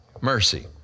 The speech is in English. mercy